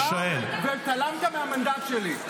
ההצבעה הסתיימה והתעלמת מהמנדט שלי.